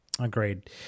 Agreed